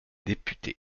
députés